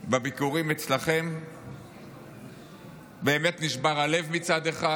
בביקורים אצלכם באמת נשבר הלב מצד אחד,